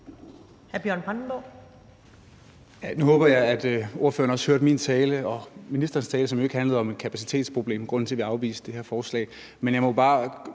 Nu håber jeg, at ordføreren også hørte min tale og ministerens tale, som jo ikke handlede om, at det var kapacitetsproblemer, der var grunden til, at vi afviste det her forslag. Men jeg må så bare